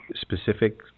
specific